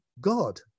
god